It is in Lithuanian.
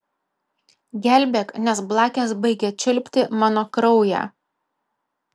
gelbėk nes blakės baigia čiulpti mano kraują